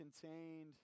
contained